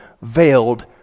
Veiled